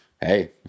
Hey